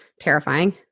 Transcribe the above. terrifying